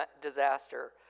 disaster